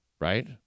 Right